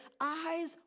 eyes